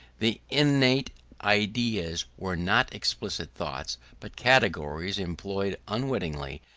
the innate ideas were not explicit thoughts but categories employed unwittingly,